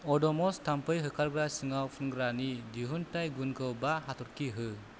अड'म'स थाम्फै होखारग्रा सिंआव फुनग्रानि दिहुनथाइ गुनखौ बा हाथरखि हो